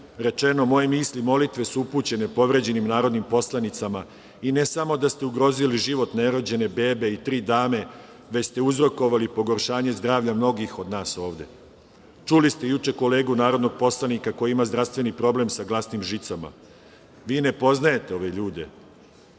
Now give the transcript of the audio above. rečenim, moje misli i molitve su upućene povređenim narodnim poslanicama. Ne samo da ste ugrozili život nerođene bebe i tri dame, već ste uzrokovali pogoršanje zdravlja mnogih od nas ovde. Čuli ste juče kolegu narodnog poslanika koji ima zdravstveni problem sa glasnim žicama. Vi ne poznajete ove ljude,